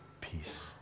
peace